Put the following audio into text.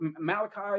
malachi